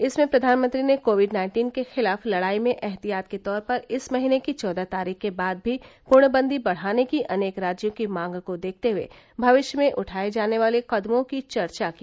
इसमें प्रधानमंत्री ने कोविड नाइन्टीन के खिलाफ लड़ाई में एहतियात के तौर पर इस महीने की चौदह तारीख के बाद भी पूर्णबंदी बढ़ाने की अनेक राज्यों की मांग को देखते हुए भविष्य में उठाये जाने वाले कदमों की चर्चा की